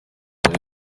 hari